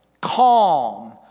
calm